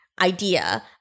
idea